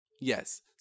Yes